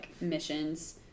missions